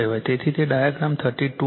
તેથી તે ડાયાગ્રામ 32 છે